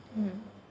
mm